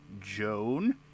Joan